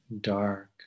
dark